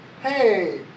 hey